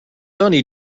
sunny